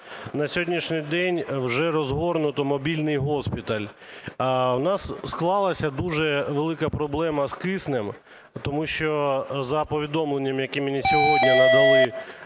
На сьогоднішній день вже розгорнуто мобільний госпіталь. У нас склалась дуже велика проблема з киснем. Тому що, за повідомленнями, які мені сьогодні надали